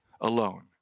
alone